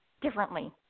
differently